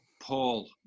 Paul